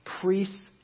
priests